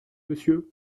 monsieur